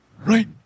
Right